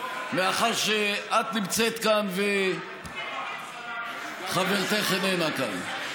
מאחר שאת נמצאת כאן וחברתך איננה כאן.